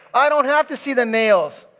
i don't have to see the nails,